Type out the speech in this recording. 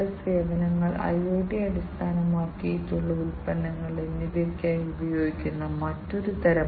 അതിനാൽ ഈ electro hydrostatic actuator പരമ്പരാഗത ഹൈഡ്രോളിക് ഇലക്ട്രോ മെക്കാനിക്കൽ ആക്യുവേറ്ററുകൾക്ക് പകരമാണ്